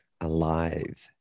alive